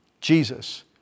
Jesus